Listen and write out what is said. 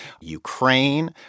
Ukraine